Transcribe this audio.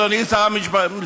אדוני שר המשטרה: